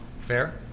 Fair